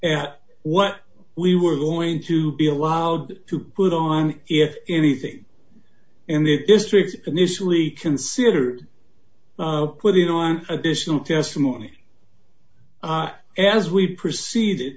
at what we were going to be allowed to put on if anything in the district initially considered putting on additional testimony as we proceeded